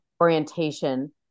orientation